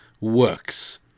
works